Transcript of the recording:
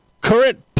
current